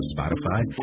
Spotify